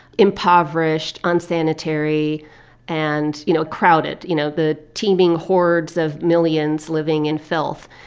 impoverished, unsanitary and, you know, crowded you know, the teeming hordes of millions living in filth.